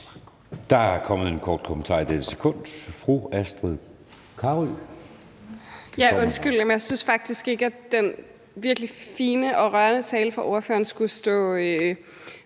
Der er kommet en kort bemærkning i dette sekund fra fru Astrid Carøe.